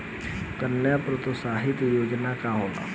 कन्या प्रोत्साहन योजना का होला?